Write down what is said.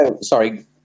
sorry